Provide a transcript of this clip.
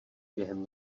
během